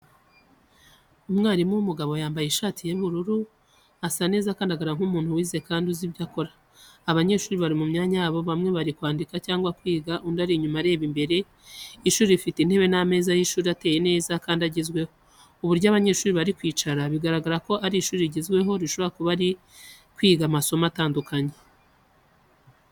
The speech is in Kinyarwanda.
Umwarimu w’umugabo, yambaye ishati ya blue, asa neza kandi agaragara nk’umuntu wize kandi uzi ibyo akora. Abanyeshuri bari mu myanya yabo bamwe bari kwandika cyangwa kwiga undi uri inyuma areba imbere. Ishuri rifite intebe n’ameza y’ishuri ateye neza kandi agezweho. Uburyo abanyeshuri bari kwicara, bugaragaza ko ari ishuri rigezweho, rishobora kuba ari kwiga amasomo atandukanye.